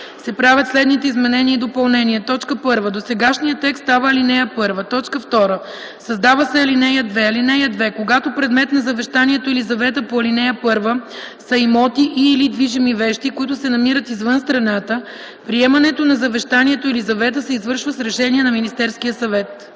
се правят следните изменения и допълнения: 1. Досегашният текст става ал. 1. 2. Създава се ал. 2: „(2) Когато предмет на завещанието или завета по ал. 1 са имоти и/или движими вещи, които се намират извън страната, приемането на завещанието или завета се извършва с решение на Министерския съвет.”